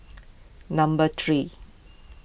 number three